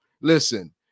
Listen